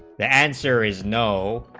the answer is no